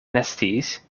nesciis